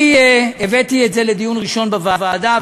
אני הבאתי את זה לדיון ראשון בוועדה,